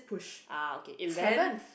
ah okay eleventh